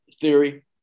theory